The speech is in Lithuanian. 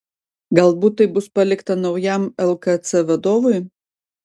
galbūt tai bus palikta naujam lkc vadovui